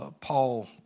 Paul